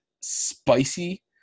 spicy